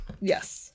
Yes